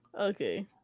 Okay